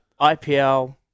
IPL